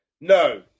No